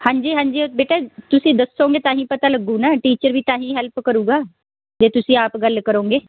ਹਾਂਜੀ ਹਾਂਜੀ ਬੇਟੇ ਤੁਸੀਂ ਦੱਸੋਗੇ ਤਾਂ ਹੀ ਪਤਾ ਲੱਗੂ ਨਾ ਟੀਚਰ ਵੀ ਤਾਂ ਹੀ ਹੈਲਪ ਕਰੇਗਾ ਜੇ ਤੁਸੀਂ ਆਪ ਗੱਲ ਕਰੋਗੇ